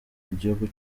igihugu